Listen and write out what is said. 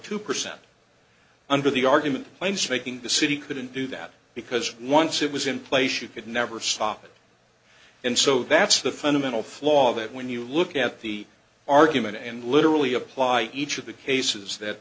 two percent under the argument against making the city couldn't do that because once it was in place you could never stop it and so that's the fundamental flaw that when you look at the argument and literally apply each of the cases that